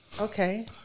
okay